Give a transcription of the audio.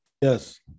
Yes